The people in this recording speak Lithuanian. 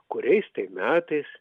kuriais tai metais